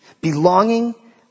Belonging